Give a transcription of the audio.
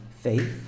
faith